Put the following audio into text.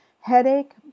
Headache